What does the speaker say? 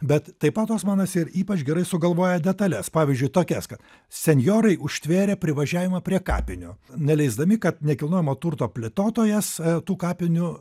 bet taip pat osmanas ir ypač gerai sugalvoja detales pavyzdžiui tokias kad senjorai užtvėrę privažiavimą prie kapinių neleisdami kad nekilnojamo turto plėtotojas tų kapinių